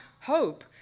hope